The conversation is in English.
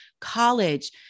college